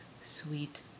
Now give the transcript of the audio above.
sweet